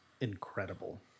incredible